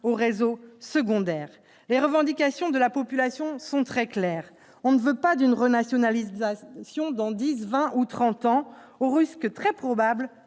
au réseau secondaire. Les revendications de la population sont très claires : on ne veut pas d'une renationalisation dans dix, vingt ou trente ans, au risque très probable